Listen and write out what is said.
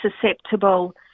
susceptible